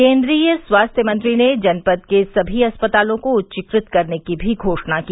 केन्द्रीय स्वास्थ्य मंत्री ने जनपद के सभी अस्पतालों को उच्चीकृत करने की भी घोषणा की